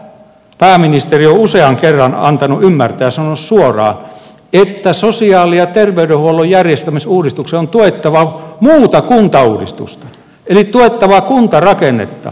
pääministeri on usean kerran antanut ymmärtää ja sanonut suoraan että sosiaali ja terveydenhuollon järjestämisuudistuksessa on tuettava muuta kuntauudistusta eli tuettava kuntarakennetta